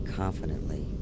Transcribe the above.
confidently